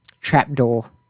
Trapdoor